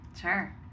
Sure